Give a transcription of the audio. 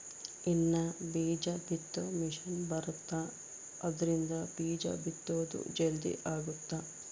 ಇನ್ನ ಬೀಜ ಬಿತ್ತೊ ಮಿಸೆನ್ ಬರುತ್ತ ಆದ್ರಿಂದ ಬೀಜ ಬಿತ್ತೊದು ಜಲ್ದೀ ಅಗುತ್ತ